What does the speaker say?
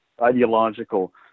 ideological